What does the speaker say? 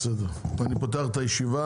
אני פותח את הישיבה.